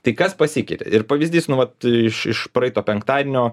tai kas pasikeitė ir pavyzdys nu vat iš iš praeito penktadienio